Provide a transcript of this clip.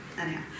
Anyhow